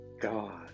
God